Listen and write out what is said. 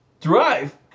drive